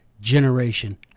generation